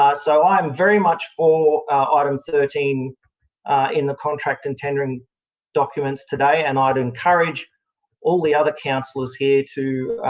so, i am very much for item thirteen in the contract and tendering documents today, and i would encourage all the other councillors here to